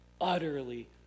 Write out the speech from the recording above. utterly